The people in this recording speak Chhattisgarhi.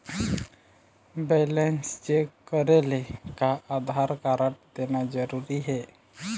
बैलेंस चेक करेले का आधार कारड देना जरूरी हे?